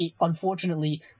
unfortunately